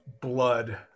blood